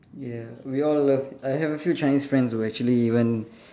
ya we all love I have a few Chinese friends who actually even